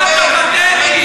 הוא קורא לנו בוגדים.